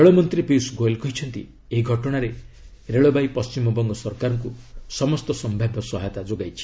ରେଳମନ୍ତ୍ରୀ ପିୟୁଷ ଗୋଏଲ୍ କହିଛନ୍ତି ଏହି ଘଟଣାରେ ରେଳବାଇ ପଶ୍ଚିମବଙ୍ଗ ସରକାରଙ୍କୁ ସମସ୍ତ ସମ୍ଭାବ୍ୟ ସହାୟତା ଯୋଗାଇଛି